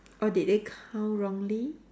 or did they count wrongly